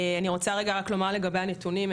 אני רוצה לדייק לגבי הנתונים.